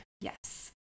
yes